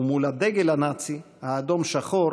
מול הדגל הנאצי האדום-שחור,